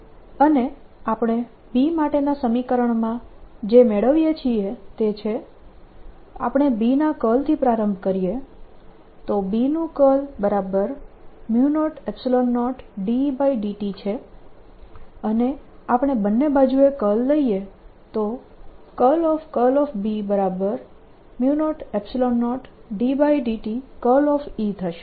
2Exx2002Ext2 2Eyx2002Eyt2 2Ezx2002Ezt2 c100 અને આપણે B માટેના સમીકરણમાં જે મેળવીએ છીએ તે છે આપણે B ના કર્લથી પ્રારંભ કરીએ તો B નું કર્લ B00E∂t છે અને આપણે બંને બાજુએ કર્લ લઈએ તો 00∂t થશે